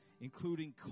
including